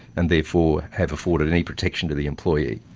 and therefore have afforded any protection to the employee.